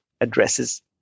addresses